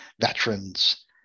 veterans